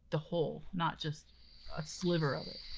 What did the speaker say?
the whole, not just a sliver of it.